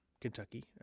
Kentucky